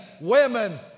women